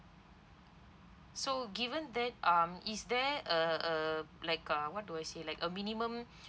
so given that um is there a a like uh want do I say like a minimum